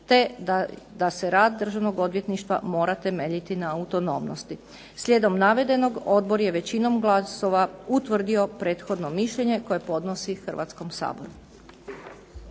te da se rad Državnog odvjetništva mora temeljiti na autonomnosti. Slijedom navedenog Odbor je većinom glasova utvrdio prethodno mišljenje koje podnosi Hrvatskom saboru.